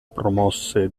promosse